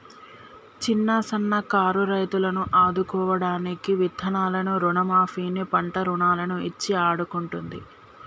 చిన్న సన్న కారు రైతులను ఆదుకోడానికి విత్తనాలను రుణ మాఫీ ని, పంట రుణాలను ఇచ్చి ఆడుకుంటుంది